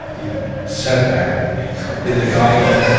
the set back and the guidelines